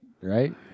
right